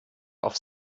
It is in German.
auf